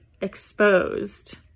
exposed